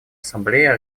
ассамблеей